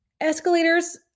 escalators